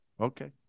Okay